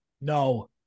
No